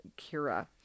Kira